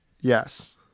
Yes